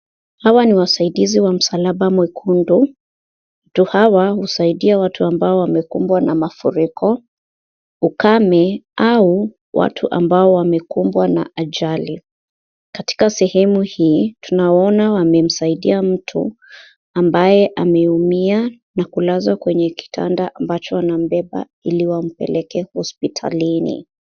Hawa ni wasaidizi wa msalaba mwekundu watu hawa usaidia watu ambao wamekumbwa na mafuriko, ukame au watu ambaye wamekumbwa na ajali, katika sehemu hii tunaona wamemsaidia mtu ambaye ameumia na kulaswa kwenye kitanda ambacho inambeba hili wampeleke hospitalini,